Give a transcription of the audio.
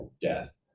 death